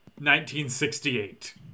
1968